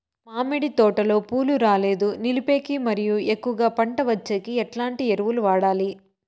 మామిడి తోటలో పూలు రాలేదు నిలిపేకి మరియు ఎక్కువగా పంట వచ్చేకి ఎట్లాంటి ఎరువులు వాడాలి?